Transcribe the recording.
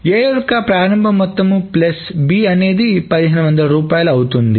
A యొక్క ప్రారంభం మొత్తం ప్లస్ B అనేది 1500 రూపాయలు అవుతుంది